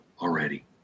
already